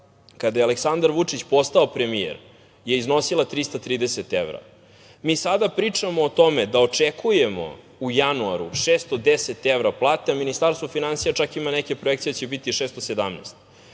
kada je Aleksandar Vučić postao premijer je iznosila 330 evra. Mi sada pričamo o tome da očekujemo u januaru 610 evra platu, a Ministarstvo finansija čak ima neke projekcije da će biti 617.